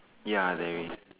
ya there is